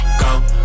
go